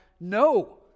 no